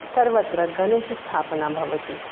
सर्वत्र गणेशस्थापनं भवति